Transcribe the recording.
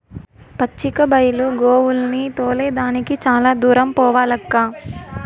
పచ్చిక బైలు గోవుల్ని తోలే దానికి చాలా దూరం పోవాలక్కా